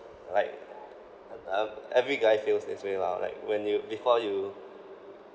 like uh every guy feels this way lah like when you before you